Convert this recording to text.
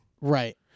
Right